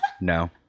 No